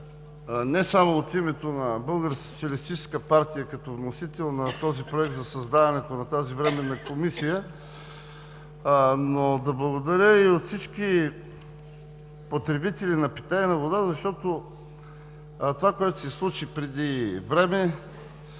социалистическа партия, като вносител на този Проект за създаването на такава Временна комисия, но да благодаря и от името на всички потребители на питейна вода, защото това, което се случи преди време,